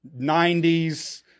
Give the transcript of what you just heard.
90s